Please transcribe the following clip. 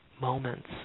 Moments